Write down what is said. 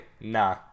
nah